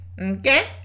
Okay